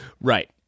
right